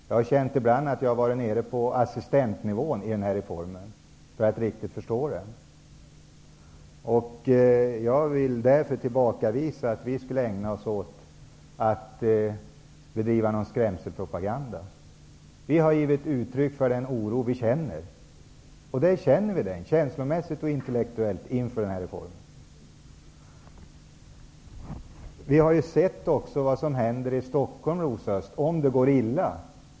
Jag har ibland känt att jag har varit nere på assistentnivå när det gäller denna reform, för att riktigt förstå den. Jag vill därför tillbakavisa påståendet att vi skulle ägna oss åt att bedriva skrämselpropaganda. Vi har givit uttryck åt den oro som vi känner, känslomässigt och intellektuellt, inför denna reform. Vi har också sett vad som händer i Stockholm, Rosa Östh, om det går illa.